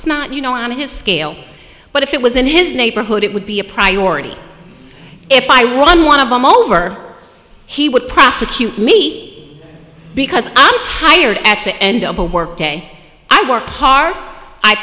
it's not you know on his scale but if it was in his neighborhood it would be a priority if i won one of them over he would prosecute me because i'm tired at the end of a work day i work hard i